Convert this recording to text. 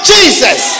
Jesus